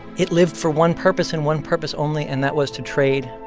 it lived for one purpose and one purpose only, and that was to trade.